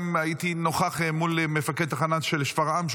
כי גם הייתי נוכח מול תחנה של שפרעם,